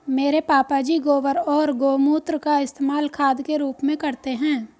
मेरे पापा जी गोबर और गोमूत्र का इस्तेमाल खाद के रूप में करते हैं